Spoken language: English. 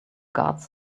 guards